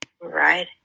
Right